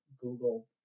Google